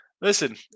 Listen